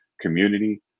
community